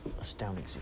Astounding